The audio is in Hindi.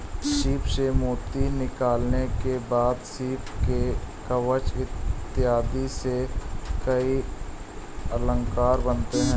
सीप से मोती निकालने के बाद सीप के कवच इत्यादि से कई अलंकार बनते हैं